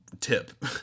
tip